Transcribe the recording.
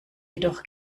jedoch